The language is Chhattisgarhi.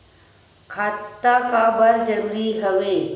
खाता का बर जरूरी हवे?